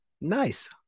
Nice